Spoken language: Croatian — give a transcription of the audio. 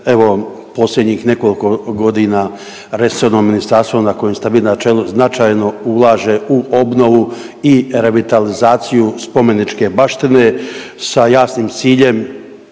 Evo, posljednjih nekoliko godina resorno ministarstvo na kojem ste vi na čelu značajno ulaže u obnovu i revitalizaciju spomeničke baštine sa javnim ciljem,